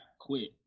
Quit